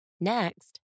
Next